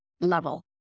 level